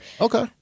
Okay